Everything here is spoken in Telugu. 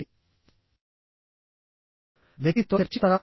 మీరు ఆ వ్యక్తితో చర్చించగలరా